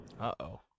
Uh-oh